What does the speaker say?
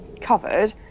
covered